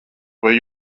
vai